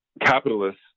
Capitalists